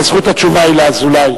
אבל זכות התשובה היא לאזולאי,